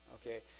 okay